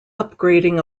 upgrading